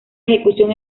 ejecución